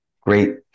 great